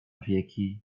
wieki